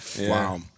Wow